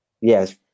yes